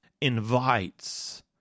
invites